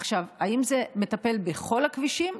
עכשיו, האם זה מטפל בכל הכבישים?